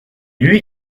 lui